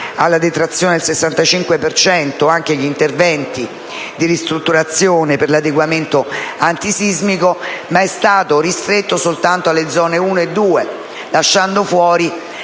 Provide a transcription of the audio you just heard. la detrazione del 65 per cento anche agli interventi di ristrutturazione per l'adeguamento antisismico, ma tale misura è stata ristretta soltanto alle zone 1 e 2, lasciando fuori,